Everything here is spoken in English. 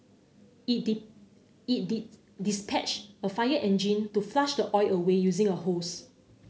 it it dispatched a fire engine to flush the oil away using a hose